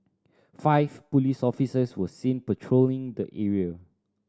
five police officers were seen patrolling the area